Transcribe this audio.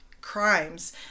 crimes